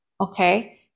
okay